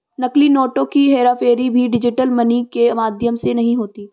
नकली नोटों की हेराफेरी भी डिजिटल मनी के माध्यम से नहीं होती